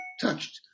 touched